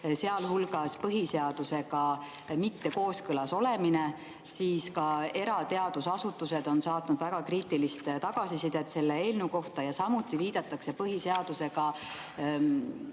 sealhulgas põhiseadusega mitte kooskõlas olemine. Ja ka erateadusasutused on saatnud väga kriitilist tagasisidet selle eelnõu kohta, samuti viidatakse põhiseadusega